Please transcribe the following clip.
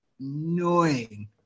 annoying